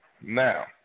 Now